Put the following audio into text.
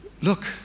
look